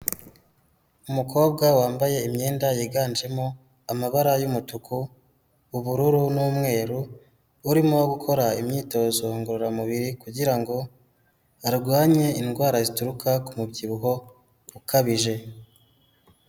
Umukobwa wambaye imyenda yiganjemo amabara y'umutuku, ubururu n'umweru, urimo gukora imyitozo ngororamubiri, kugirango arwanye indwara zituruka ku mubyibuho ukabije.